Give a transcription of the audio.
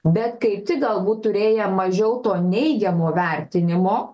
bet kaip tik galbūt turėję mažiau to neigiamo vertinimo